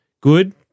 good